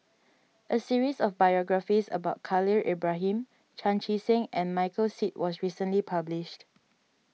a series of biographies about Khalil Ibrahim Chan Chee Seng and Michael Seet was recently published